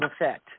effect